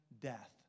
death